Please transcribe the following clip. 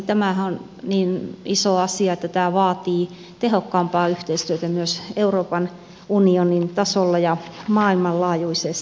tämähän on niin iso asia että tämä vaatii tehokkaampaa yhteistyötä myös euroopan unionin tasolla ja maailmanlaajuisestikin